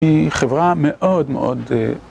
היא חברה מאוד מאוד